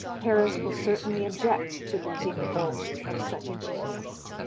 paris will certainly object to losing the bones of such a genius.